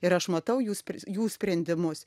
ir aš matau jūs jų sprendimus